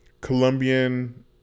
Colombian